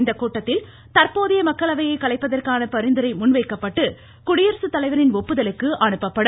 இந்த கூட்டத்தில் தற்போதைய மக்களவையை கலைப்பதற்கான பரிந்துரை முன்வைக்கப்பட்டு குடியரசுத்தலைவரின் ஒப்புதலுக்கு அனுப்பப்படும்